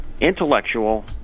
intellectual